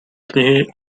knihy